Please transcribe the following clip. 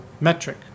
metric